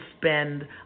spend